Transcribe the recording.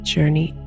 journey